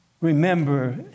remember